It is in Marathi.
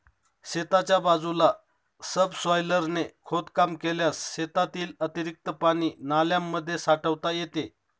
शेताच्या बाजूला सबसॉयलरने खोदकाम केल्यास शेतातील अतिरिक्त पाणी नाल्यांमध्ये साठवता येते